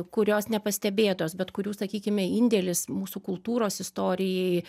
kurios nepastebėtos bet kurių sakykime indėlis mūsų kultūros istorijai